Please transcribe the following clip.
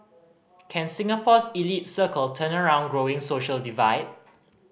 can Singapore's elite circle turn around growing social divide